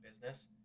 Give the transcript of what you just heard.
business